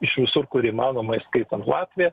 iš visur kur įmanoma įskaitant latviją